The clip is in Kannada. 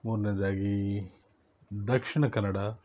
ಮೂರನೇದಾಗಿ ದಕ್ಷಿಣ ಕನ್ನಡ